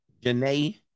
Janae